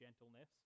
gentleness